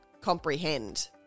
comprehend